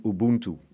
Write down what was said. Ubuntu